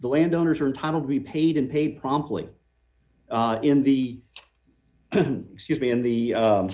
the landowners are entitled to be paid and pay promptly in the excuse me in the